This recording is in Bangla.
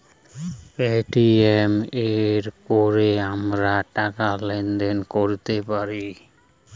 পেটিএম এ কোরে আমরা টাকা লেনদেন কোরতে পারি